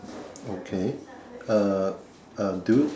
okay uh uh do